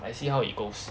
I see how it goes